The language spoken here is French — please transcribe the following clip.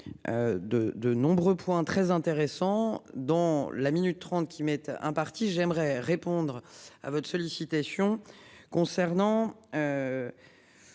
de nombreux points très intéressant dans la minute 30 qui mettent un parti j'aimerais répondre à votre sollicitations concernant.